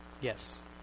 Yes